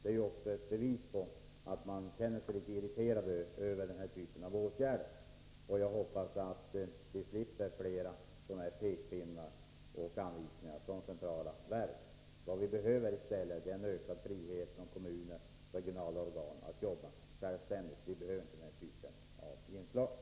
Det är också ett bevis på att de känner sig litet irriterade över denna typ av åtgärd. Jag hoppas att vi slipper fler sådana här pekpinnar och anvisningar från centrala verk. Vi behöver inte sådana inslag. Vad vi i stället behöver är en ökad frihet för kommuner och regionala organ att jobba självständigt.